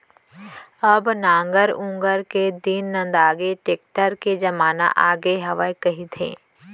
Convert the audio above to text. अब नांगर ऊंगर के दिन नंदागे, टेक्टर के जमाना आगे हवय कहिथें